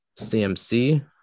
CMC